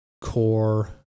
core